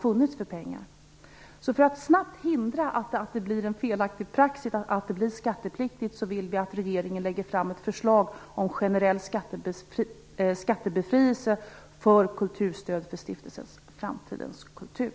För att hindra att det uppkommer en felaktig praxis, alltså skatteplikt, vill vi att regeringen lägger fram ett förslag om generell skattebefrielse för Stiftelsen Framtidens kultur.